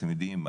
אתם יודעים,